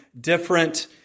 different